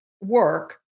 work